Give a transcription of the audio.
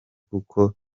kuko